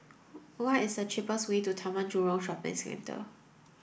what is the cheapest way to Taman Jurong Shopping Centre